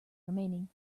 remaining